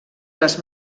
les